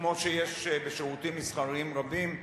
כמו שיש בשירותים מסחריים רבים,